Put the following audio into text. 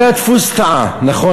הרי הדפוס טעה, נכון?